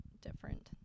different